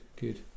Good